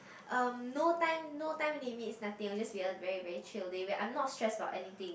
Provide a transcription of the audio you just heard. um no time no time limits nothing it will just be a very very chill day I'm not stressed about anything